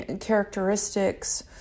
characteristics